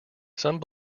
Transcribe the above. some